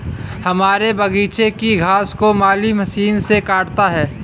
हमारे बगीचे की घास को माली मशीन से काटता है